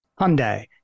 Hyundai